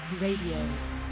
Radio